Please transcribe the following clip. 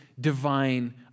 divine